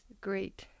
great